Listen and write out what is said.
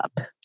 up